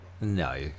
No